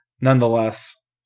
nonetheless